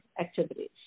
activities